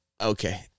Okay